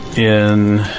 in